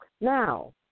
Now